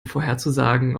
vorherzusagen